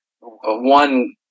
one